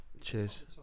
Cheers